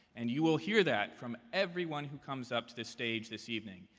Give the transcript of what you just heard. and you will hear that from everyone who comes up to the stage this evening.